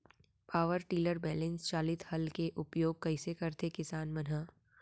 Power tiller बैलेंस चालित हल के उपयोग कइसे करथें किसान मन ह?